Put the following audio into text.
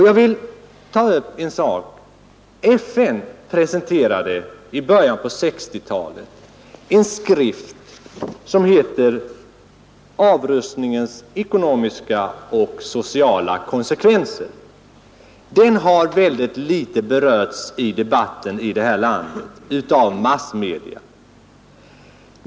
Jag vill ta upp en annan sak. FN presenterade i början på 1960-talet en skrift som heter Avrustningens ekonomiska och sociala konsekvenser. Den har mycket litet berörts av massmedia i debatten i detta land.